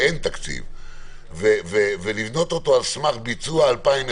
היעדר תקציב ולבנות אותו על סמך ביצוע 2020